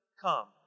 come